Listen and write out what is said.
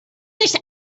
nicht